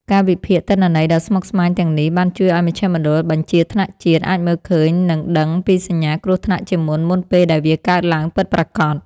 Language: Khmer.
ការវិភាគទិន្នន័យដ៏ស្មុគស្មាញទាំងនេះ បានជួយឱ្យមជ្ឈមណ្ឌលបញ្ជាថ្នាក់ជាតិ អាចមើលឃើញ និងដឹងពីសញ្ញាគ្រោះថ្នាក់ជាមុន មុនពេលដែលវាកើតឡើងពិតប្រាកដ។